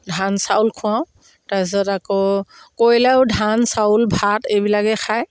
ধান চাউল খুৱাওঁ তাৰপিছত আকৌ কয়লাৰো ধান চাউল ভাত এইবিলাকেই খায়